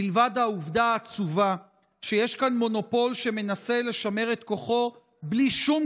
מלבד העובדה העצובה שיש כאן מונופול שמנסה לשמר את כוחו בלי שום